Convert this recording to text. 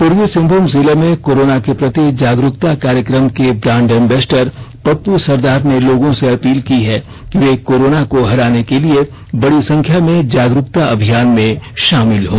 पूर्वी सिंहभूम जिले में कोरोना के प्रति जागरूकता कार्यक्रम के ब्रांण्ड अम्बेसडर पप्प सरदार ने लोगों से अपील की है कि वे कोरोना को हराने के लिए बड़ी संख्या में जागरूकता अभियान में शामिल हों